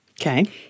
Okay